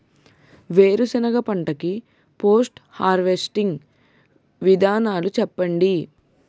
వేరుసెనగ పంట కి పోస్ట్ హార్వెస్టింగ్ విధానాలు చెప్పండీ?